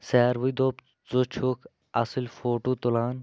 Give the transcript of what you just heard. ساروٕے دوٚپ ژٕ چھُکھ اصٕل فوٹوٗ تُلان